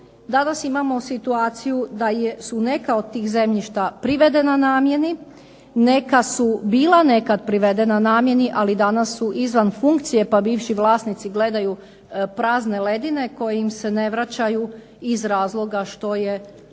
danas imamo situaciju da se neka od tih zemljišta privedena namjeni, nekada su neka bila privedena namjeni ali danas su izvan funkcije pa bivši vlasnici gledaju prazne ledine koje im se ne vraćaju iz razloga što je to